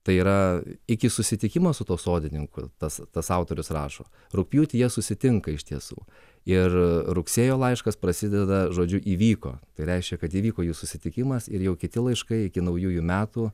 tai yra iki susitikimo su tuo sodininku tas tas autorius rašo rugpjūtį jie susitinka iš tiesų ir rugsėjo laiškas prasideda žodžiu įvyko tai reiškia kad įvyko jų susitikimas ir jau kiti laiškai iki naujųjų metų